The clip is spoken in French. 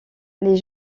les